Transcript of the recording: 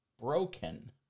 broken